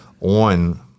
On